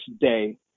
day